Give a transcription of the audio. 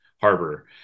Harbor